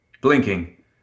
Blinking